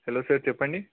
hello sir చెప్పండి